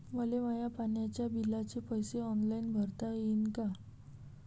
मले माया पाण्याच्या बिलाचे पैसे ऑनलाईन भरता येईन का?